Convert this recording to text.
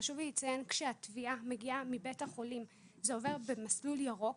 חשוב לי לציין שכשהתביעה מגיעה מבית החולים זה עובר במסלול ירוק,